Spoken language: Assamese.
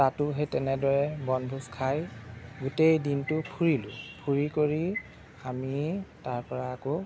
তাতো সেই তেনেদৰে বনভোজ খাই গোটেই দিনটো ফুৰিলোঁ ফুৰি কৰি আমি তাৰপৰা আকৌ